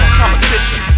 competition